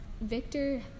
Victor